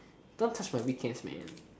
don't touch my weekends man